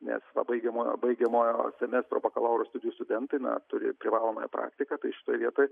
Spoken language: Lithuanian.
nes va baigiamojo baigiamojo semestro bakalauro studijų studentai na turi privalomąją praktiką tai šitoj vietoj